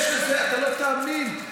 לא תאמין,